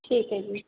ਠੀਕ ਹੈ ਜੀ